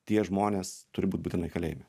tie žmonės turi būt būtinai kalėjime